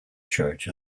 church